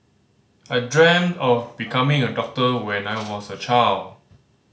I dreamt of becoming a doctor when I was a child